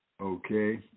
Okay